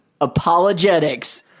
Apologetics